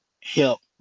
help